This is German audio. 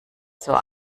zur